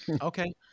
Okay